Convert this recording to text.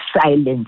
silence